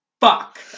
fuck